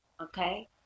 okay